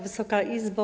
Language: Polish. Wysoka Izbo!